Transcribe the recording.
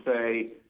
say